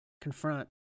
confront